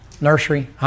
nursery